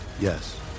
Yes